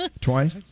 twice